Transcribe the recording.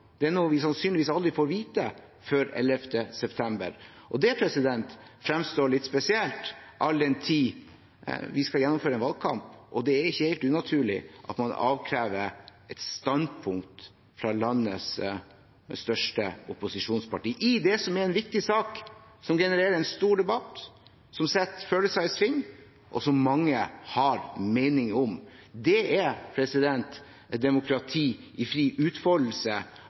det er noe vi sannsynligvis aldri får vite før 11. september. Det fremstår litt spesielt, all den tid vi skal gjennomføre en valgkamp og det ikke er helt unaturlig at man avkrever et standpunkt fra landets største opposisjonspartier i det som er en viktig sak, som genererer en stor debatt, som setter følelser i sving, og som mange har meninger om. Det er demokrati i fri utfoldelse